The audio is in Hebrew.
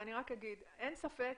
אין ספק